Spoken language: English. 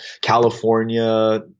California